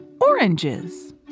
Oranges